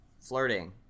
flirting